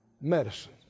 medicine